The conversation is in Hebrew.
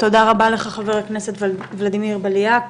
תודה רבה לך חבר הכנסת ולדימיר בליאק.